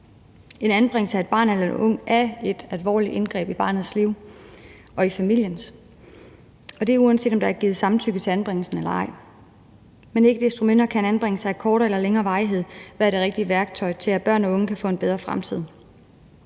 En anbringelse af et barn eller en ung er et alvorligt indgreb i barnets og familiens liv, og det er, uanset om der er givet samtykke til anbringelsen eller ej. Men ikke desto mindre kan en anbringelse af kortere eller længere varighed være det rigtige værktøj til, at børn eller unge kan få en bedre fremtid.